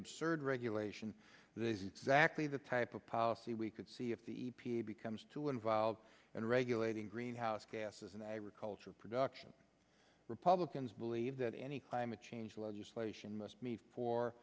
absurd regulation these exact leave the type of policy we could see if the e p a becomes too involved in regulating greenhouse gases and agricultural production republicans believe that any climate change legislation must meet for